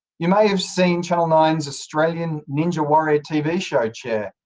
you may have seen channel nine s australian ninja warrior tv show, chair,